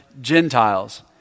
gentiles